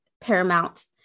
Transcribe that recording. paramount